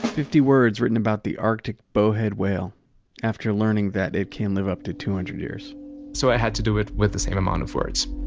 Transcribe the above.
fifty words written about the arctic bowhead whale after learning it can live up to two hundred years so i had to do it with the same amount of words